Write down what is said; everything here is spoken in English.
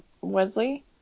Wesley